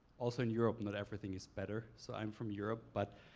also in europe, not everything is better. so i am from europe, but,